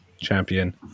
champion